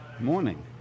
Morning